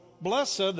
Blessed